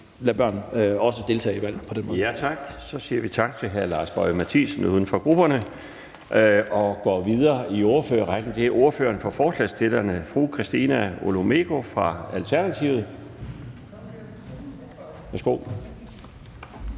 Den fg. formand (Bjarne Laustsen): Så siger vi tak til hr. Lars Boje Mathiesen, uden for grupperne, og går videre i ordførerrækken. Det er nu ordføreren for forslagsstillerne, fru Christina Olumeko fra Alternativet. Værsgo.